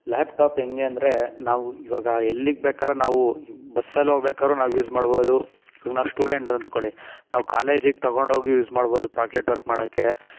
laptop ಹೆಂಗೆ ಅಂದರೆ ನಾವು ಈವಾಗ ಎಲ್ಲಿಗೆ ಬೇಕಾದ್ರೂ ನಾವು ಬಸ್ಸಲ್ಲಿ ಹೋಗ್ಬೇಕಾರು ನಾವು ಯೂಸ್ ಮಾಡ್ಬೌದು ಈಗ ನಾವು ಸ್ಟೂಡೆಂಟ್ ಅಂದ್ಕೊಳ್ಳಿ ನಾವು ಕಾಲೇಜಿಗೆ ತಗೊಂಡು ಹೋಗಿ ಯೂಸ್ ಮಾಡ್ಬೌದು ಪ್ರಾಜೆಕ್ಟ್ ವರ್ಕ್ ಮಾಡಕ್ಕೆ